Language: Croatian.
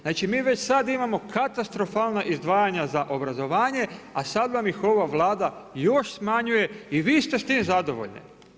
Znači mi već sad imamo katastrofalna izdvajanja za obrazovanje, a sad vam ih ova Vlada još smanjuje i vi ste s tim zadovoljni.